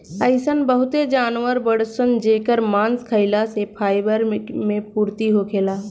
अइसन बहुते जानवर बाड़सन जेकर मांस खाइला से फाइबर मे पूर्ति होखेला